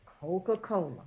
Coca-Cola